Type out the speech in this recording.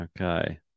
okay